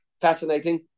Fascinating